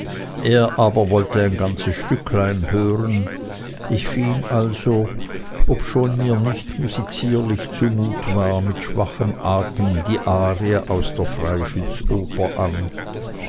er wollte aber ein ganzes stücklein hören ich fing also obschon mir nicht musizierlich zu mut war mit schwachem atem die arie aus der freischützoper an